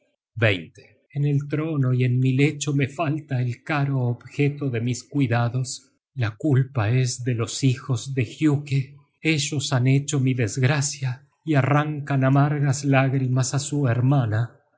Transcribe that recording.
en el trono y en mi lecho me falta el caro objeto de mis cuidados la culpa es de los hijos de giuke ellos han hecho mi desgracia y arrancan amargas lágrimas á su hermana